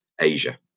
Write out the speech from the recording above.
Asia